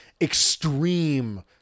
extreme